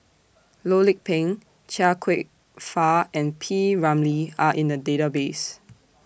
Loh Lik Peng Chia Kwek Fah and P Ramlee Are in The Database